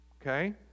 Okay